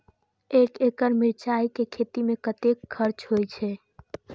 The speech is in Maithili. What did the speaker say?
एक एकड़ मिरचाय के खेती में कतेक खर्च होय छै?